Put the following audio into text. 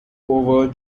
over